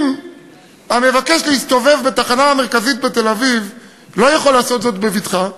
אם המבקש להסתובב בתחנה המרכזית בתל-אביב לא יכול לעשות זאת בבטחה,